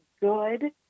good